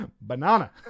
Banana